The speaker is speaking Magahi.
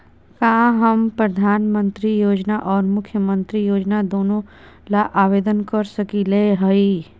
का हम प्रधानमंत्री योजना और मुख्यमंत्री योजना दोनों ला आवेदन कर सकली हई?